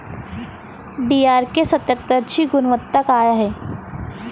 DRK सत्यात्तरची गुनवत्ता काय हाय?